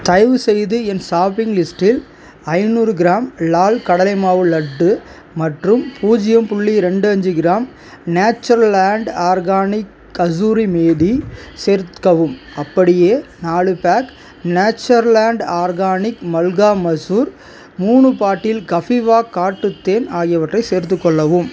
தயவுசெய்து என் ஷாப்பிங் லிஸ்டில் ஐநூறு கிராம் லால் கடலைமாவு லட்டு மற்றும் பூஜ்ஜியம் புள்ளி ரெண்டு அஞ்சு gram Natureland organic kasuri methi சேர்க்கவும் அப்படியே நாலு pack Natureland organic malka masoor மூணு பாட்டில் கஃபீவா காட்டுத் தேன் ஆகியவற்றை சேர்த்துக்கொள்ளவும்